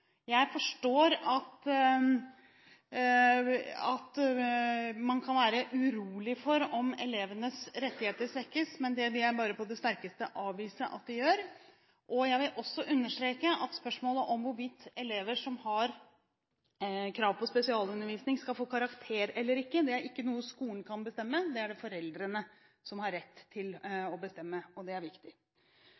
Jeg forstår at man kan være urolig for om elevenes rettigheter svekkes, men det vil jeg på det sterkeste avvise at de gjør. Jeg vil også understreke at når det gjelder spørsmålet om elever som har krav på spesialundervisning, skal få karakterer eller ikke, er ikke det noe skolen kan bestemme. Det er det foreldrene som har rett til